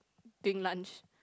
during lunch